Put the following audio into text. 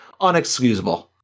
Unexcusable